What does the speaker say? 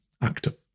active